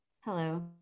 Hello